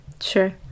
Sure